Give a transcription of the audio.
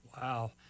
Wow